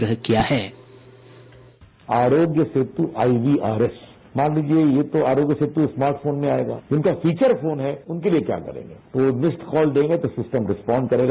bite Aarogya Setu IVRS मान लीजिए ये तो आरोग्य सेतु स्मार्ट फोन में आएगा जिनका फीचर फोन है उनके लिए क्या करेगा वो मिस्डकॉल देगा तो सिस्टम रेस्पॉन्स करेगा